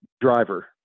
driver